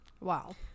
wow